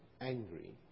angry